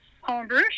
homebrew